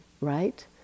right